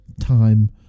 Time